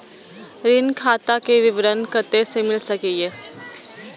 ऋण खाता के विवरण कते से मिल सकै ये?